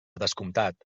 descomptat